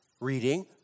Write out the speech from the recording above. reading